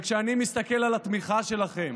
וכשאני מסתכל על התמיכה שלכם